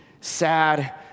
sad